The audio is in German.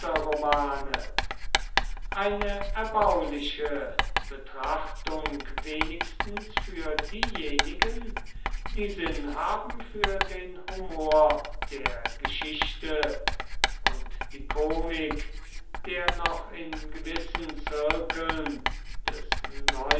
eine erbauliche betrachtung wenigstens für diejenigen die sinn haben für den humor der geschichte und die komik der noch in gewissen zirkeln des